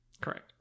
Correct